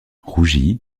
rougit